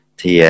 Thì